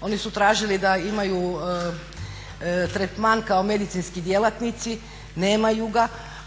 oni su tražili da imaju tretman kao medicinski djelatnici